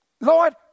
Lord